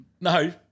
No